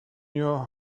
your